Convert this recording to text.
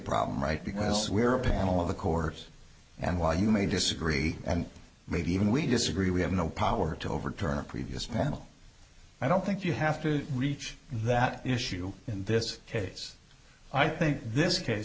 because we're a panel of the corps and while you may disagree and maybe even we disagree we have no power to overturn a previous panel i don't think you have to reach that issue in this case i think this case